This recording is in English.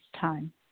time